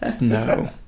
No